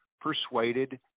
persuaded